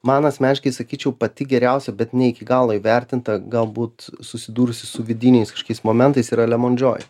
man asmeniškai sakyčiau pati geriausia bet ne iki galo įvertinta galbūt susidūrusi su vidiniais kažkokiais momentais yra lemon joy